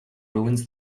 ruins